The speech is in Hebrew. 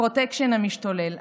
הפרוטקשן המשתולל,